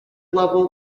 level